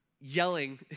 Yelling